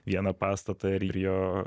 vieną pastatą ir jo